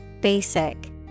basic